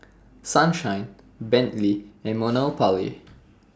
Sunshine Bentley and Monopoly